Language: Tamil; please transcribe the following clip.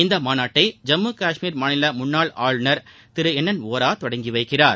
இம்மாநாட்டை ஐம்மு கஷ்மீர் மாநில முன்னாள் ஆளுநர் திரு எள் என் ஓரா தொடங்கி வைக்கிறார்